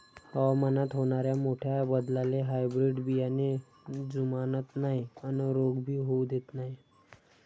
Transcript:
हवामानात होनाऱ्या मोठ्या बदलाले हायब्रीड बियाने जुमानत नाय अन रोग भी होऊ देत नाय